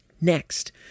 Next